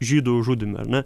žydų žudyme ar ne